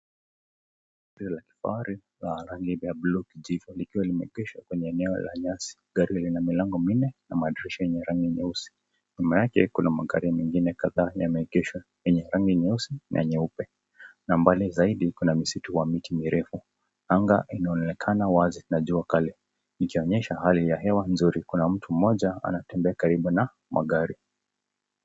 Kifani ya rangi ya blue Jeep liko limekwisha kwenye eneo la nyasi. Gari lina milango minne na madirisha yenye rangi nyeusi. Nyuma yake kuna magari mengine kadhaa yamekwisha yenye rangi nyeusi na nyeupe. Na mbali zaidi kuna misitu wa miti mirefu. Anga inaonekana wazi na jua kali ikionyesha hali ya hewa nzuri. Kuna mtu mmoja anatembea karibu na magari.